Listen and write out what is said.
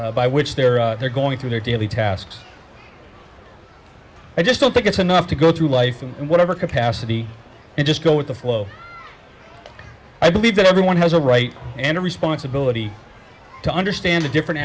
reasons by which they're they're going through their daily tasks i just don't think it's enough to go through life in whatever capacity and just go with the flow i believe that everyone has a right and a responsibility to understand the different